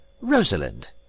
Rosalind